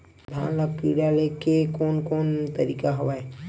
धान ल कीड़ा ले के कोन कोन तरीका हवय?